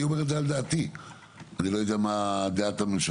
אני לא יודע מהי דעת הממשלה,